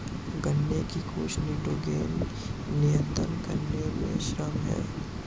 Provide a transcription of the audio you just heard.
गन्ने की कुछ निटोगेन नियतन करने में सक्षम है